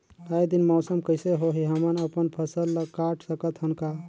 आय दिन मौसम कइसे होही, हमन अपन फसल ल काट सकत हन का?